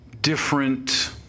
different